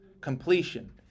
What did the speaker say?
completion